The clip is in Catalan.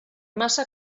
massa